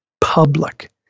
public